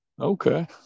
Okay